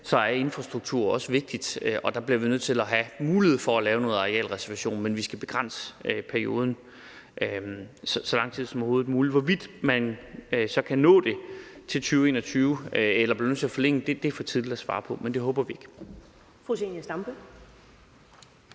er infrastruktur også vigtigt, og der bliver vi nødt til have mulighed for at lave noget arealreservation – men vi skal begrænse perioden til så kort tid som overhovedet muligt. Hvorvidt man så kan nå det til 2021 eller bliver nødt til at forlænge, er det for tidligt at svare på, men det håber vi ikke.